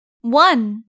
One